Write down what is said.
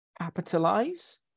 capitalize